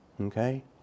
Okay